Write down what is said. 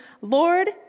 Lord